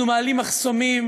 אנחנו מעלים מחסומים,